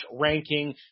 ranking